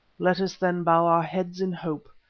let us, then, bow our heads in hope,